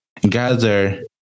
gather